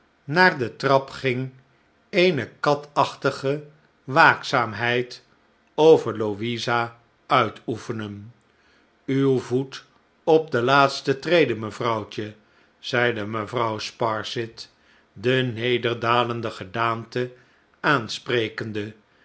naar de trap ging eene katachtige waakzaamheid over louisa uitoefenen tjw voet op de laatste trede mevrouwtje zeide mevrouw sparsit de nederdalende gedaante aansprekende